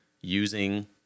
using